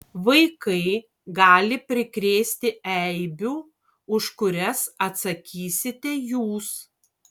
vaikai gali prikrėsti eibių už kurias atsakysite jūs